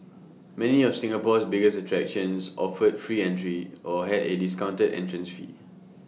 many of Singapore's biggest attractions offered free entry or had A discounted entrance fee